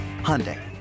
Hyundai